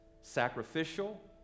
sacrificial